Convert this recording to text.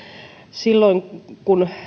silloin kun